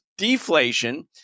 deflation